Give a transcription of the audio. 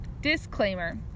disclaimer